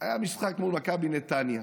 כשהיה משחק מול מכבי נתניה,